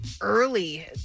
early